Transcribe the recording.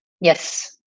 Yes